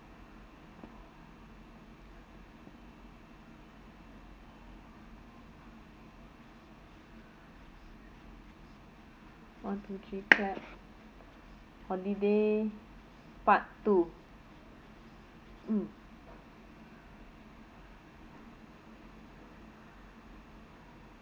one two three clap holiday part two mm